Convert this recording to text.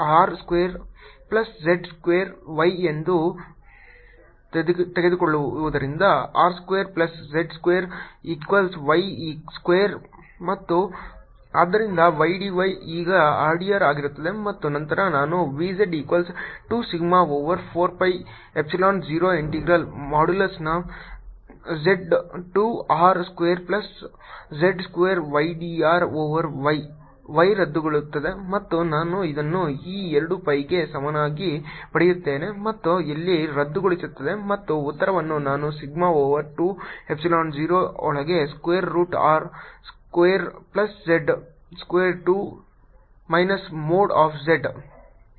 r square plus z square y ಎಂದು ತೆಗೆದುಕೊಳ್ಳುವುದರಿಂದ r square plus z square equals y square ಮತ್ತು ಆದ್ದರಿಂದ ydy ಈಗ rdr ಆಗುತ್ತದೆ ಮತ್ತು ನಂತರ ನಾನು V z equals 2 sigma over 4 pi epsilon 0 integral ಮಾಡ್ಯುಲಸ್ನ z to R square plus z square y d r over y y ರದ್ದುಗೊಳ್ಳುತ್ತದೆ ಮತ್ತು ನಾನು ಇದನ್ನು ಈ 2 pi ಗೆ ಸಮನಾಗಿ ಪಡೆಯುತ್ತೇನೆ ಮತ್ತು ಇಲ್ಲಿ ರದ್ದುಗೊಳ್ಳುತ್ತದೆ ಮತ್ತು ಉತ್ತರವನ್ನು ನಾನು ಸಿಗ್ಮ ಓವರ್ 2 ಎಪ್ಸಿಲೋನ್ 0 ಒಳಗೆ square root R square plus z square 2 minus mod of z